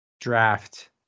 draft